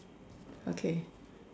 okay